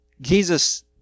Jesus